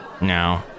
No